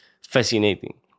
fascinating